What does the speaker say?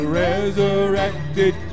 resurrected